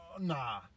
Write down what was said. Nah